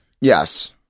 Yes